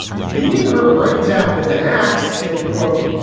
beating her brains out with an axe. end quote.